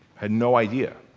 had no idea.